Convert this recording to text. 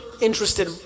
interested